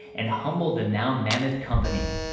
and humble the now mammoth company.